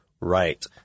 Right